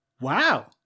Wow